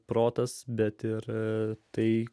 protas bet ir tai